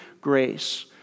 grace